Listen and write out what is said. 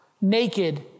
naked